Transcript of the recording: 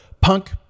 punk